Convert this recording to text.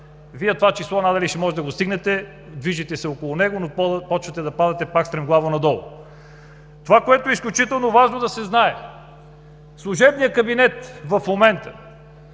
Вие това число надали ще можете да го стигнете. Движите се около него, но започвате да падате пак стремглаво надолу. Това, което е изключително важно да се знае: служебният кабинет в момента,